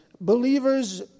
believers